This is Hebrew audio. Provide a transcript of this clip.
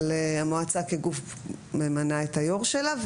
אבל המועצה כגוף ממנה את היו"ר שלה.